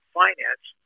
finance